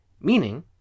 Meaning